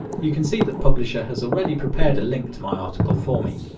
you can see that publisha has already prepared a link to my article for me.